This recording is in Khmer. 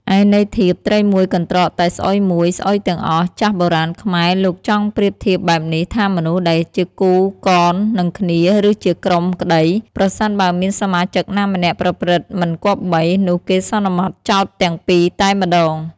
ឯន័យធៀប ត្រីមួយត្រកតែស្អុយមួយ ស្អុយទាំងអស់ ចាស់បុរាណខ្មែរលោកចង់ប្រៀបធៀបបែបនេះ ថាមនុស្សដែលជាគូកននឹងគ្នាឬជាក្រុមក្តី ប្រសិនបើមានសមាជិកណាម្នាក់ប្រព្រឹត្តមិនគប្បី នោះគេសន្មតចោទទាំងពីរតែម្តង។